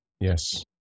Yes